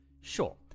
Sure